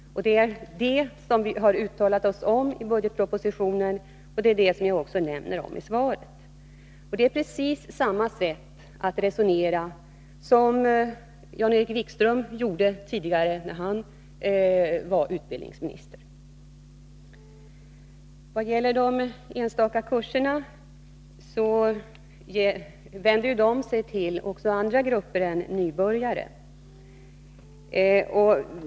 Det är det som vi har uttalat oss om i budgetpropositionen och som även nämns i svaret. Vi resonerar på precis samma sätt som Jan-Erik Wikström gjorde när han var utbildningsminister. De enstaka kurserna gäller ju inte bara nybörjare.